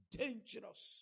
dangerous